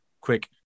quick